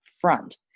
front